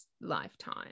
lifetime